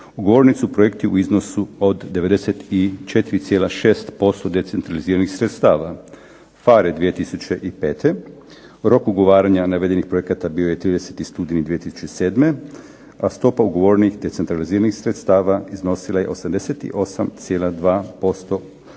Ugovoreni su projekti u iznosu od 94,6% decentraliziranih sredstava. PHARE 2005., rok ugovaranja navedenih projekata bio je 30. studeni 2007., a stopa ugovorenih decentraliziranih sredstava iznosila je 88,2%